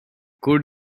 could